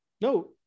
No